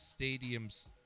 stadiums